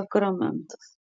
sakramentas